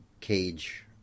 cage